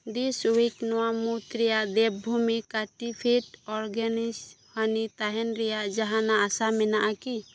ᱫᱤᱥ ᱩᱭᱤᱠ ᱱᱚᱶᱟ ᱢᱩᱫᱽ ᱨᱮᱭᱟᱜ ᱫᱮᱵᱽᱵᱷᱩᱢᱤ ᱥᱟᱨᱴᱤᱯᱷᱤᱠᱮᱴ ᱚᱨᱜᱟᱱᱤᱠ ᱦᱟᱱᱤ ᱛᱟᱦᱮᱸᱱ ᱨᱮᱭᱟᱜ ᱡᱟᱦᱟᱸᱱᱟᱜ ᱟᱥᱟ ᱢᱮᱱᱟᱜ ᱟᱠᱤ